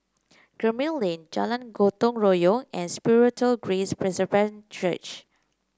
Gemmill Lane Jalan Gotong Royong and Spiritual Grace Presbyterian Church